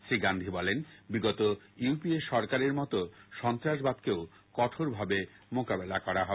শ্রী গান্ধী বলেন বিগত ইউপিএ সরকারের মতো সন্ত্রাসবাদকেও কঠোরভাবে মোকাবেলা করা হবে